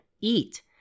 eat